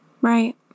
Right